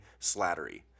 Slattery